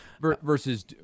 versus